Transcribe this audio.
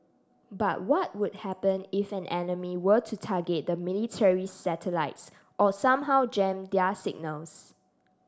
but what would happen if an enemy were to target the military's satellites or somehow jam their signals